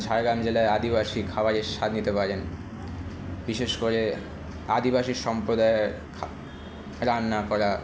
ঝাড়গ্রাম জেলায় আদিবাসী খাবারের স্বাদ নিতে পারেন বিশেষ করে আদিবাসী সম্প্রদায়ের রান্না করা